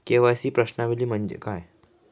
KYC प्रश्नावली म्हणजे काय?